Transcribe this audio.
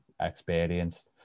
experienced